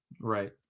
Right